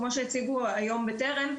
כמו שהציגו היום בטרם,